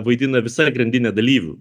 vaidina visa grandinė dalyvių